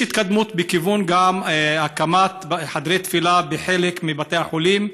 יש גם התקדמות בכיוון הקמת חדרי תפילה בחלק מבתי החולים.